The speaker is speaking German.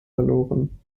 verloren